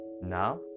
Now